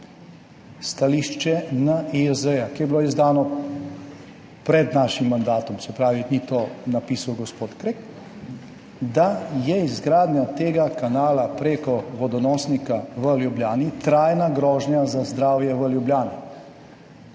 stališče NIJZ, ki je bilo izdano pred našim mandatom – se pravi, tega ni napisal gospod Krek – da je izgradnja tega kanala preko vodonosnika v Ljubljani trajna grožnja za zdravje v Ljubljani.